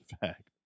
fact